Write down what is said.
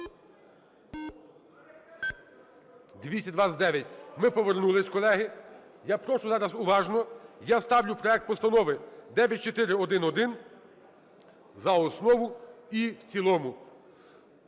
За-229 Ми повернулись, колеги. Я прошу, зараз уважно. Я ставлю проект Постанови 9411 за основу і в цілому.